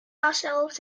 ourselves